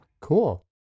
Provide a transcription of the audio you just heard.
Cool